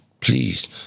please